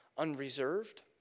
Unreserved